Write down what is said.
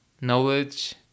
knowledge